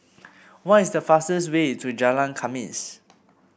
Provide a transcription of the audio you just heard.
what is the fastest way to Jalan Khamis